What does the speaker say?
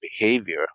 behavior